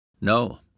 no